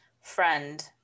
friend